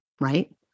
right